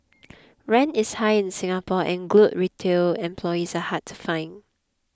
rent is high in Singapore and good retail employees are hard to find